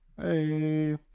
Hey